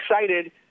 excited